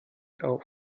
auf